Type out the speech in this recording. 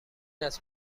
است